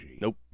Nope